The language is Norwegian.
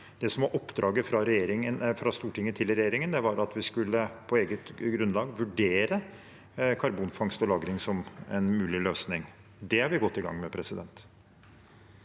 Det som var oppdraget fra Stortinget til regjeringen, var at vi på eget grunnlag skulle vurdere karbonfangst og lagring som en mulig løsning. Det er vi godt i gang med.